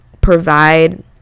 provide